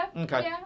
Okay